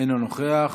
אינו נוכח,